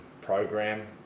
program